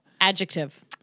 Adjective